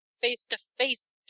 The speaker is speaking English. face-to-face